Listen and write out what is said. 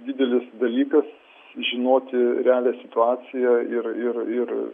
didelis dalykas žinoti realią situaciją ir ir ir